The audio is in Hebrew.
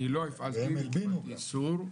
אני לא הפעלתי איסור,